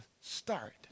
start